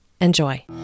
Enjoy